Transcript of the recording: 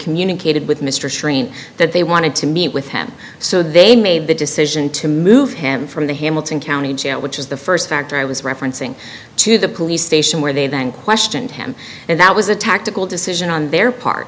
communicated with mr shereen that they wanted to meet with him so they made the decision to move him from the hamilton county jail which is the first character i was referencing to the police station where they then questioned him and that was a tactical decision on their part